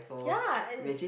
ya and